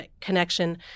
connection